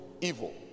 evil